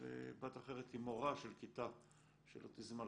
ובת אחרת היא מורה בכיתה של אוטיזם על